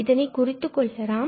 இதனை குறித்துக் கொள்ளலாம்